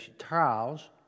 trials